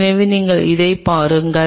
எனவே நீங்கள் அதைப் பாருங்கள்